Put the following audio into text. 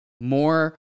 More